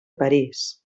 parís